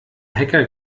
hacker